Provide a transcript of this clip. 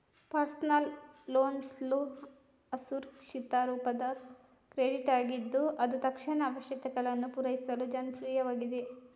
personal ಲೋನ್ಗಳು ಅಸುರಕ್ಷಿತ ರೂಪದ ಕ್ರೆಡಿಟ್ ಆಗಿದ್ದು ಅದು ತಕ್ಷಣದ ಅವಶ್ಯಕತೆಗಳನ್ನು ಪೂರೈಸಲು ಜನಪ್ರಿಯವಾಗಿದೆ